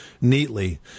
neatly